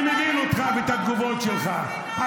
אני מבין אותך ואת התגובות שלך.